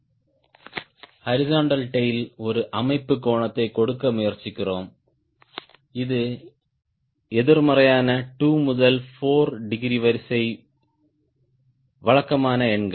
horizontal tail ஒரு அமைப்புக் கோணத்தை கொடுக்க முயற்சிக்கிறோம் 𝑖 இது எதிர்மறையான 2 முதல் 4 டிகிரி வரிசை வழக்கமான எண்கள்